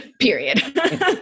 period